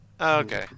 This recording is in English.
okay